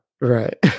right